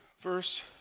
Verse